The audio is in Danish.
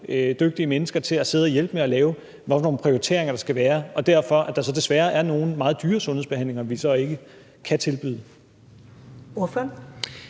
dygtige mennesker til at sidde og hjælpe med at lave nogle prioriteringer, der skal være, og derfor er der så desværre nogle meget dyre sundhedsbehandlinger, vi ikke kan tilbyde. Kl.